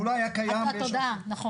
בתודעה, נכון.